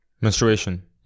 Menstruation